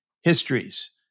histories